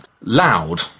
Loud